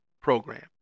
program